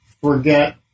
forget